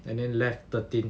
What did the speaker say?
and then left thirteen